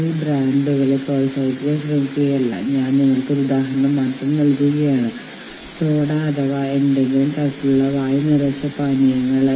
പക്ഷേ യൂണിയനിൽ ചേരാൻ ആഗ്രഹിക്കുന്ന ആരുടെയും താൽപ്പര്യങ്ങൾ അവർ ഭാരവാഹികളായാലും അല്ലെങ്കിലും പ്രതിനിധീകരിക്കപ്പെടും